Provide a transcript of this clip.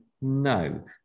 no